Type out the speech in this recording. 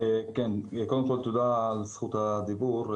תודה על רשות הדיבור,